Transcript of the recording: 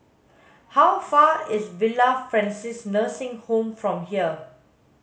how far is Villa Francis Nursing Home from here